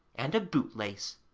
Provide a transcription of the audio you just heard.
and a boot-lace.